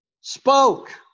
Spoke